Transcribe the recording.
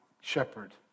shepherd